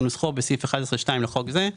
כנוסחו בסעיף 11(2) לחוק זה,